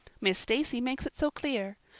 miss stacy makes it so clear.